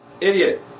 Idiot